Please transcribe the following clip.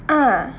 ah